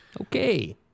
Okay